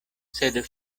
sed